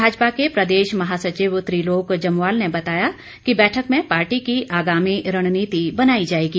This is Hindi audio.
भाजपा के प्रदेश महासचिव त्रिलोक जम्वाल ने बताया कि बैठक में पार्टी की आगामी रणनीति बनाई जाएगी